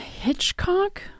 Hitchcock